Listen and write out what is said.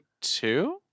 two